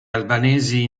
albanesi